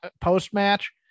post-match